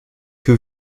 que